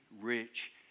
rich